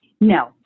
No